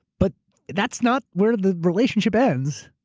but that's not where the relationship ends.